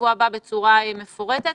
בשבוע הבא בצורה מפורטת.